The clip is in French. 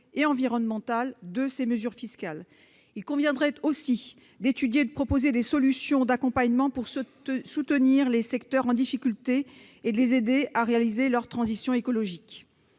et environnemental de mesures fiscales. Il conviendrait aussi d'étudier et de proposer des solutions d'accompagnement pour soutenir les secteurs en difficulté et les aider à réaliser leur transition écologique.